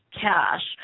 cash